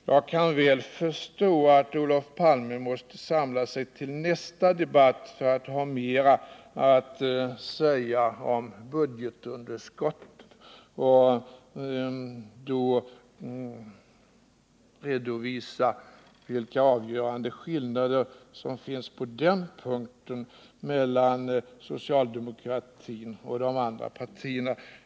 Jag kan väl förstå att Olof Palme måste samla sig till nästa debatt för att ha mera att säga om budgetunderskottet och redovisa vilka avgörande skillnader som finns på den punkten mellan socialdemokratin och de andra partierna.